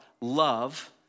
love